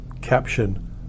caption